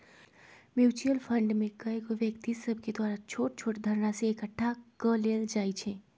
mutual fund में कएगो व्यक्ति सभके द्वारा छोट छोट धनराशि एकठ्ठा क लेल जाइ छइ